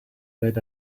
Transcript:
that